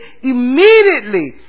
immediately